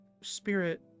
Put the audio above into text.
spirit